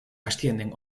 ascienden